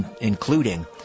including